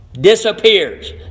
disappears